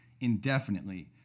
indefinitely